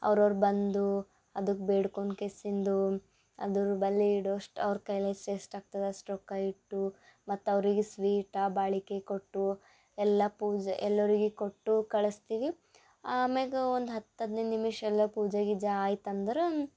ಅವ್ರು ಅವ್ರು ಬಂದು ಅದಕ್ಕೆ ಬೇಡ್ಕೊಂಡು ಕೆಸಿಂದು ಅದುರು ಬಲ್ಲೆ ಇಡೋ ಅಷ್ಟು ಅವ್ರ ಕೈಲಿ ಎಷ್ಟು ಎಷ್ಟು ಆಗ್ತದೆ ಅಷ್ಟು ರೊಕ್ಕ ಇಟ್ಟು ಮತ್ತು ಅವ್ರಿಗೆ ಸ್ವೀಟಾ ಬಾಳಿಕೆ ಕೊಟ್ಟು ಎಲ್ಲ ಪೂಜೆ ಎಲ್ಲರಿಗಿ ಕೊಟ್ಟು ಕಳಿಸ್ತೀವಿ ಆಮ್ಯಾಗ ಒಂದು ಹತ್ತು ಹದಿನೈದು ನಿಮಿಷ ಎಲ್ಲ ಪೂಜೆ ಗೀಜೆ ಆಯ್ತು ಅಂದ್ರಾ